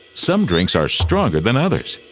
some drinks are stronger than others!